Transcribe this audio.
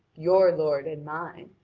your lord and mine,